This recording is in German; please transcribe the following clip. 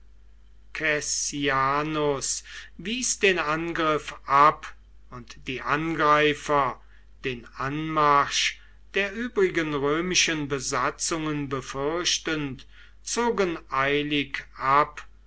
successianus wies den angriff ab und die angreifer den anmarsch der übrigen römischen besatzungen befürchtend zogen eilig ab